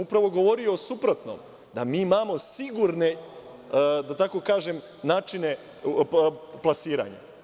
Upravo sam govorio suprotno, da mi imamo sigurne, da tako kažem, načine plasiranja.